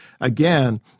again